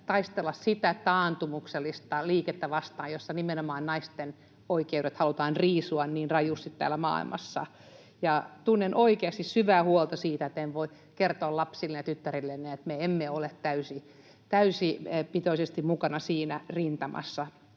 taistella sitä taantumuksellista liikettä vastaan, jossa nimenomaan naisten oikeudet halutaan riisua niin rajusti täällä maailmassa. Tunnen oikeasti syvää huolta siitä, että en voi kertoa lapsilleni ja tyttärilleni, että me emme ole täysipitoisesti mukana siinä rintamassa